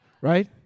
right